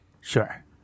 Sure